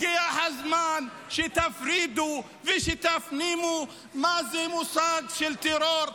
הגיע הזמן שתפרידו, ושתפנימו מהו המושג של טרור.